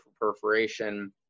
perforation